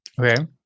Okay